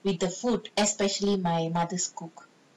with the food especially my mother's cook